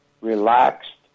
relaxed